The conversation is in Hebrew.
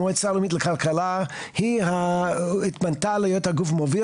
המועצה הלאומית לכלכלה התמנתה להיות הגוף המוביל